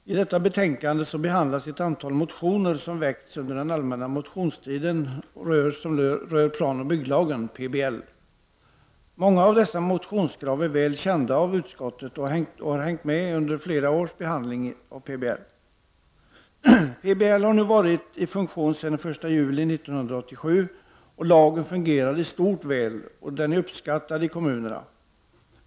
Herr talman! I detta betänkande behandlas ett antal motioner som väckts under den allmänna motionstiden och som rör planoch bygglagen PBL. Många av dessa motionskrav är väl kända av utskottet och har hängt med under flera års behandling av PBL. PBL har nu varit i funktion sedan den 1 juli 1987. Lagen fungerar i stort väl och är uppskattad i kommunerna.